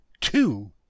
two